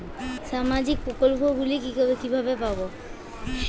সামাজিক প্রকল্প গুলি কিভাবে পাব?